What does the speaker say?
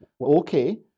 Okay